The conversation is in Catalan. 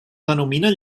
denominen